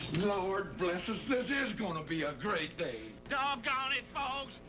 lord bless us, this is gonna be a great day. doggone it, folks,